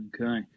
Okay